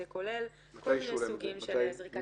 זה כולל כל מיני סוגים של זריקת אשפה.